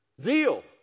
Zeal